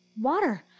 Water